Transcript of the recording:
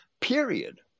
period